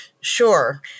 Sure